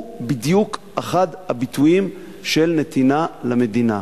הוא בדיוק אחד הביטויים של נתינה למדינה.